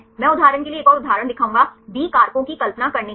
मैं उदाहरण के लिए एक और उदाहरण दिखाऊंगा बी कारकों की कल्पना करने के लिए